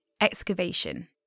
excavation